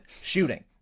shooting